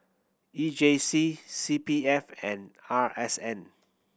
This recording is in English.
E J C C P F and R S N